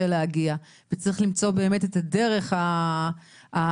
להגיע וצריך למצוא באמת את הדרך הטובה,